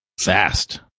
fast